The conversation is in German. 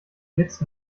jetzt